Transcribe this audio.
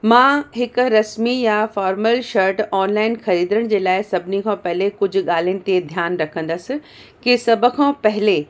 मां हिक रस्मी या फ़ॉर्मल शर्ट ऑनलाइन ख़रीदण जे लाइ सभिनी खां पहले कुझु ॻाल्हियुनि ते ध्यानु रखंदसि कि सभ खां पहले